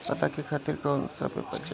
पता के खातिर कौन कौन सा पेपर चली?